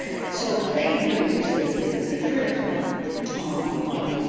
so, plague really is the the critical um one.